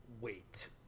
Wait